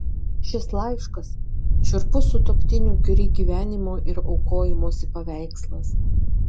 šis laiškas šiurpus sutuoktinių kiuri gyvenimo ir aukojimosi paveikslas